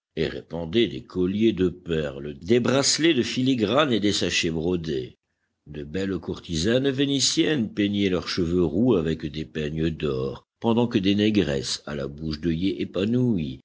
répandaient des colliers de perles des bracelets de filigrane et des sachets brodés de belles courtisanes vénitiennes peignaient leurs cheveux roux avec des peignes d'or pendant que des négresses à la bouche d'œillet épanoui